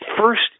first